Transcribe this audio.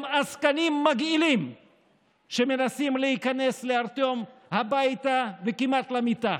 הם עסקנים מגעילים שמנסים להיכנס לארטיום הביתה וכמעט למיטה.